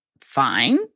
fine